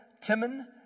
Timon